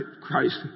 Christ